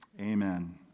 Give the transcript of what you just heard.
Amen